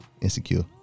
Insecure